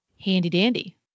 Handy-dandy